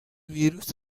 ویروس